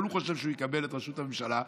אבל הוא חושב שהוא יקבל את ראשות הממשלה,